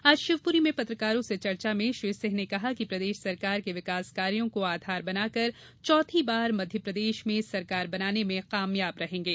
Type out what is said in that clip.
आज शिवपुरी में पत्रकारों से चर्चा में श्री सिंह ने कहा कि प्रदेश सरकार के विकास कार्यो को आधार बनाकर चौथी बार मध्य प्रदेश में सरकार बनाने में कामयाब रहेंगे